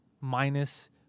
minus